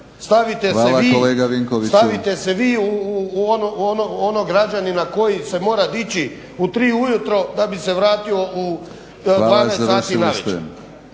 Stavite se vi u onog građanina koji se mora dići u 3 ujutro da bi se vratio u 12 sati navečer.